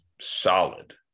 solid